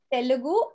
Telugu